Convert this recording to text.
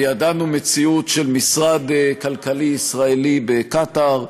וידענו מציאות של משרד כלכלי ישראלי בקטאר,